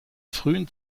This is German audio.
frühen